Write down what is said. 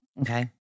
Okay